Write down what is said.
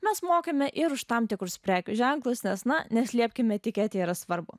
mes mokame ir už tam tikrus prekių ženklus nes na neslėpkime etiketėje yra svarbu